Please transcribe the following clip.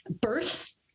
birth